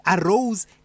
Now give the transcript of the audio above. arose